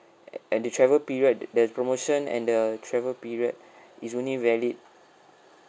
and the travel period the promotion and the travel period is only valid